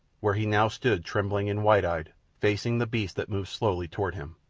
where he now stood trembling and wide-eyed, facing the beast that moved slowly toward him.